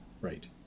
right